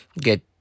Get